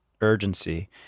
urgency